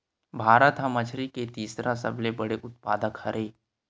भारत हा मछरी के तीसरा सबले बड़े उत्पादक हरे